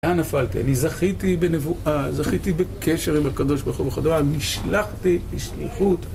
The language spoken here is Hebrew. לאן נפלתי? אני זכיתי בנבואה, זכיתי בקשר עם הקדוש ברוך וכדומה, נשלחתי לשליחות